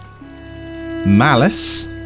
malice